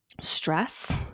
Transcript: stress